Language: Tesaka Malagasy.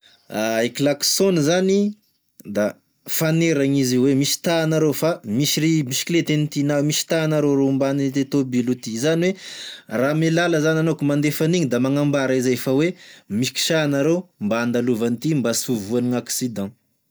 E klaksôny zany da faneragny izy io oe misitaha anareo fa misy bisikilety zany ty na misitaha anareo ro omban'ito tôbily ity, zany oe raha ame lala zany anao k'da mandefa an'iny da magnambara izay fa oe mikisaha anareo mba andalovan'ity mba sy ho voan'ny gn'accident.